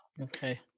Okay